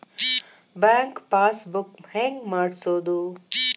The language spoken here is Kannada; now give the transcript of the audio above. ಬ್ಯಾಂಕ್ ಪಾಸ್ ಬುಕ್ ಹೆಂಗ್ ಮಾಡ್ಸೋದು?